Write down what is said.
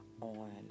on